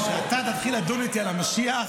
שאתה תתחיל לדון איתי על המשיח?